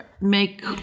make